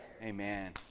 Amen